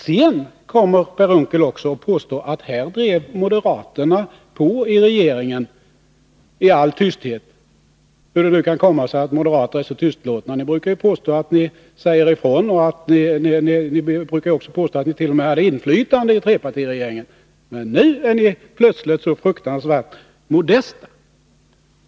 Sedan kommer herr Unckel och påstår att moderaterna drev på i regeringen i all tysthet — hur det nu kan komma sig att moderater är så tystlåtna. Ni brukar ju påstå att ni säger ifrån, och ni brukar också påstå att ni t.o.m. hade inflytande i trepartiregeringen. Men nu är ni plötsligt så fruktansvärt modesta.